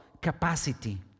capacity